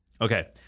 Okay